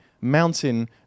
mountain